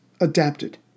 adapted